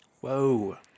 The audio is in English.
Whoa